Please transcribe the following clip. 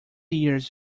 years